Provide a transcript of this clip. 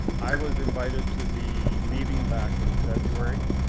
i was invited to the meeting back in february